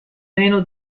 meno